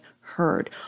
heard